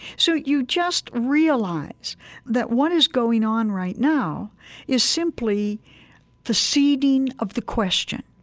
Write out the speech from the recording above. so you just realize that what is going on right now is simply the seeding of the question.